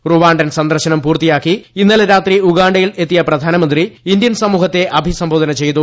റുവാ ൻ സന്ദർശനം പൂർത്തിയാക്കി ഇന്നലെ രാത്രി ഉഗാ യിൽ എത്തിയ പ്രധാനമന്ത്രി ഇന്ത്യൻ സമൂഹത്തെ അഭിസംബോധന ചെയ്തു